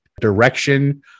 direction